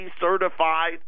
certified